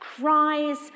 cries